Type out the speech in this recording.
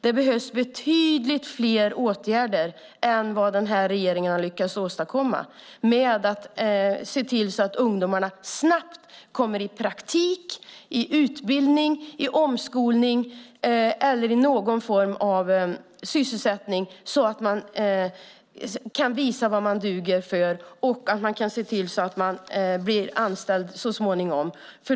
Det behövs betydligt fler åtgärder än vad regeringen har lyckats åstadkomma. Det gäller att se till att ungdomarna snabbt kommer i praktik, i utbildning, i omskolning eller i någon form av sysselsättning, så att de kan visa vad de duger till och så småningom bli anställda.